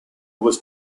was